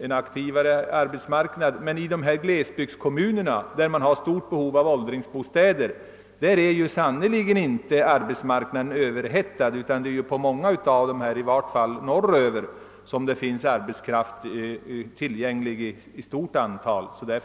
expansivare karaktär, men i glesbygdskommunerna, där man har stort behov av åldringsbostäder, är den sannerligen inte överhettad. I många av dessa kommuner, i varje fall i den norra delen av landet, finns arbetskraft tillgänglig i stor utsträckning.